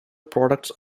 products